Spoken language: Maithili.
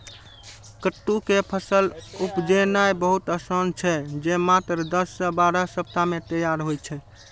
कट्टू के फसल उपजेनाय बहुत आसान छै, जे मात्र दस सं बारह सप्ताह मे तैयार होइ छै